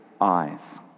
eyes